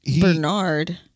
Bernard